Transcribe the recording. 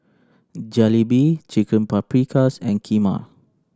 Jalebi Chicken Paprikas and Kheema